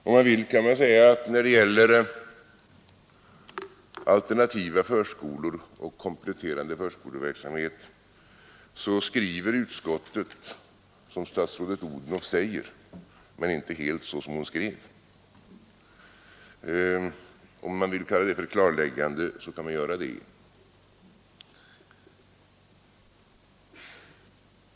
Om man vill kan man säga att när det gäller alternativa förskolor och kompletterande förskoleverksamhet skriver utskottet som statsrådet Odhnoff säger men inte helt så som hon skrev. Om man vill kalla det för klarläggande, kan man göra det.